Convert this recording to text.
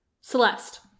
Celeste